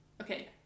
Okay